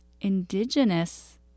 indigenous